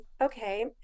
okay